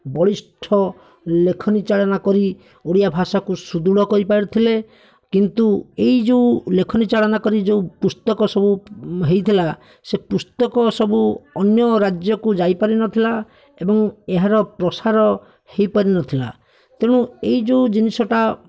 ବଳିଷ୍ଠ ଲେଖନୀ ଚାଳନା କରି ଓଡ଼ିଆ ଭାଷାକୁ ସୁଦୃଢ଼ କରିପାରିଥିଲେ କିନ୍ତୁ ଏଇ ଯେଉଁ ଲେଖନୀ ଚାଳନା କରି ଯେଉଁ ପୁସ୍ତକ ସବୁ ହୋଇଥିଲା ସେ ପୁସ୍ତକସବୁ ଅନ୍ୟ ରାଜ୍ୟକୁ ଯାଇପାରି ନଥିଲା ଏବଂ ଏହାର ପ୍ରସାର ହୋଇପାରି ନଥିଲା ତେଣୁ ଏହି ଯେଉଁ ଜିନିଷଟା